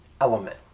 element